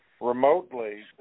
remotely